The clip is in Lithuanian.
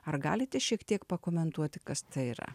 ar galite šiek tiek pakomentuoti kas tai yra